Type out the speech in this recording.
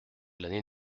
l’année